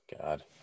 God